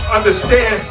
Understand